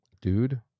Dude